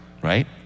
right